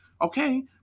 Okay